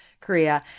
Korea